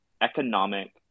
economic